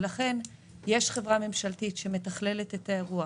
לכן יש חברה ממשלתית שמתכללת את האירוע